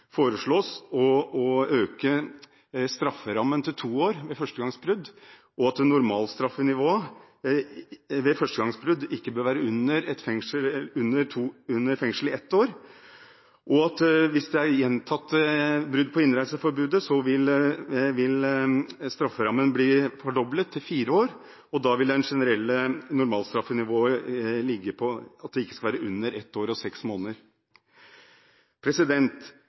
foreslås å øke strafferammen til to år ved førstegangsbrudd, at normalstraffenivået ved førstegangsbrudd ikke bør være under fengsel i ett år, og at strafferammen, ved gjentatte brudd på innreiseforbudet, vil bli fordoblet til fire år. Da vil det generelle normalstraffenivået ikke være under ett år og seks måneder.